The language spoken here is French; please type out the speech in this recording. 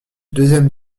deuxième